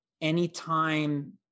anytime